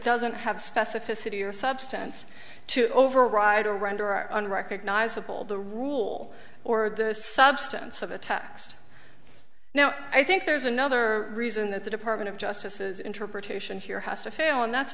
doesn't have specificity or substance to override or render unrecognizable the rule or the substance of a text now i think there's another reason that the department of justice's interpretation here has to fail and that's